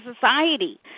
society